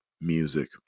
music